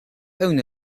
owner